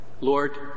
Lord